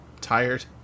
tired